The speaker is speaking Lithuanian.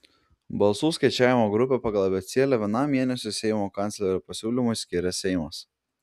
balsų skaičiavimo grupę pagal abėcėlę vienam mėnesiui seimo kanclerio pasiūlymu skiria seimas